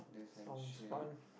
sounds fun